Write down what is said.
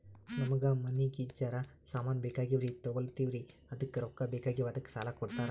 ನಮಗ ಮನಿಗಿ ಜರ ಸಾಮಾನ ಬೇಕಾಗ್ಯಾವ್ರೀ ತೊಗೊಲತ್ತೀವ್ರಿ ಅದಕ್ಕ ರೊಕ್ಕ ಬೆಕಾಗ್ಯಾವ ಅದಕ್ಕ ಸಾಲ ಕೊಡ್ತಾರ?